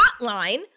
hotline